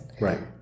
Right